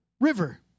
River